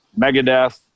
Megadeth